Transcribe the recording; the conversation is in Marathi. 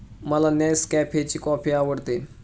मला नेसकॅफेची कॉफी आवडते